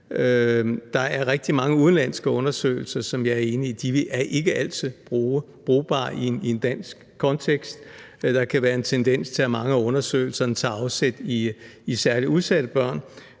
Der er rigtig mange udenlandske undersøgelser, som jeg er enig i ikke altid er brugbare i en dansk kontekst. Der kan være en tendens til, at mange af undersøgelserne tager afsæt i særligt udsatte børn.